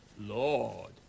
lord